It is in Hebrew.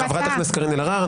חברת הכנסת קארין אלהרר,